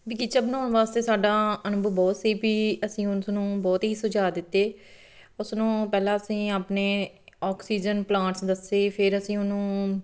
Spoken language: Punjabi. ਬਗੀਚਾ ਬਣਾਉਣ ਵਾਸਤੇ ਸਾਡਾ ਅਨੁਭਵ ਬਹੁਤ ਸੀ ਵੀ ਅਸੀਂ ਉਸਨੂੰ ਬਹੁਤ ਹੀ ਸੁਝਾਅ ਦਿੱਤੇ ਉਸਨੂੰ ਪਹਿਲਾਂ ਅਸੀਂ ਆਪਣੇ ਆਕਸੀਜਨ ਪਲਾਂਟਸ ਦੱਸੇ ਫਿਰ ਅਸੀਂ ਉਹਨੂੰ